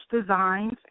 designs